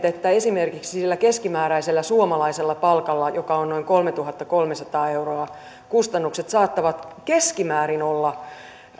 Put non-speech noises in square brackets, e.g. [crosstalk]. [unintelligible] että esimerkiksi sillä keskimääräisellä suomalaisella palkalla joka on noin kolmetuhattakolmesataa euroa kustannukset saattavat olla keskimäärin